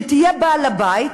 שתהיה בעל-הבית,